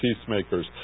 peacemakers